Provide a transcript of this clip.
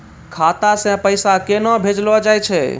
खाता से पैसा केना भेजलो जाय छै?